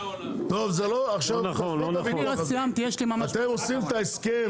אתם עושים את ההסכם,